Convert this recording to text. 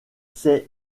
s’est